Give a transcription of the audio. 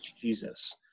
Jesus